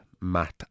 Matt